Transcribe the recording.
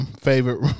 favorite